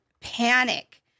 panic